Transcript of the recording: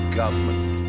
government